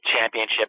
championship